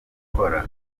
gukora